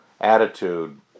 attitude